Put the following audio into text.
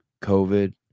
COVID